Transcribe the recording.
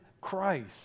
Christ